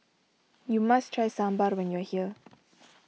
you must try Sambar when you are here